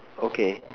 okay